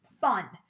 fun